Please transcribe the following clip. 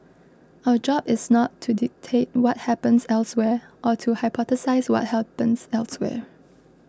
our job is not to dictate what happens elsewhere or to hypothesise what happens elsewhere